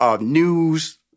news